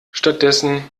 stattdessen